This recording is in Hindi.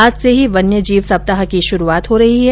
आज से ही वन्य जीव सप्ताह की शुरूआत हो रही है